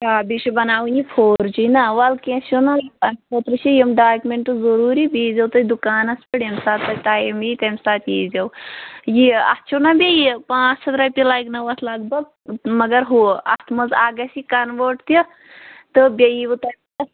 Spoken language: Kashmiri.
آ بیٚیہِ چھُ بَناوٕنۍ یہِ فور جی نا وَلہٕ کیٚنٛہہ چھُنہٕ حظ اَتھ خٲطرٕ چھِ یِم ڈاکیٛومٮ۪نٛٹہٕ ضروٗری بیٚیہِ ییٖزیو تُہۍ دُکانَس پٮ۪ٹھ ییٚمہِ ساتہٕ تۄہہِ ٹایِم یِیہِ تمہِ ساتہٕ ییٖزیو یہِ اَتھ چھُنا بیٚیہِ پانٛژھ ہَتھ رۄپیہِ لگنو اَتھ لگ بگ مگر ہُہ اَتھ منٛز اَکھ گَژھِ یہِ کَنوٲرٹ تہِ تہٕ بیٚیہِ یِیِوٕ تۄہہِ